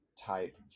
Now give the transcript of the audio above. type